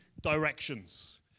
directions